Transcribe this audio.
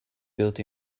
built